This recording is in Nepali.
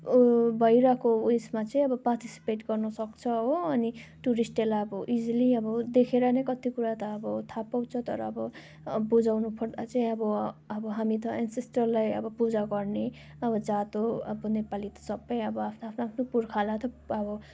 भइरहेको उयसमा चाहिँ अब पार्टिसिपेट गर्नु सक्छ हो अनि टुरिस्टहरूलाई अब इजिली अब देखेर नै कति कुरा त अब थाहा पाउँछ तर अब बुझाउनु पर्दा चाहिँ अब अब हामी त एनसेस्टरहरूलाई अब पूजा गर्ने अब जात हो अब नेपाली त सब अब आफ्नो आफ्नो आफ्नो पुर्खालाई त अब